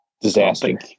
Disaster